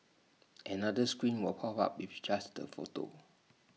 another screen will pop up with just the photo